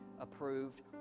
approved